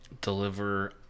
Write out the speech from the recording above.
Deliver